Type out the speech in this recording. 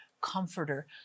comforter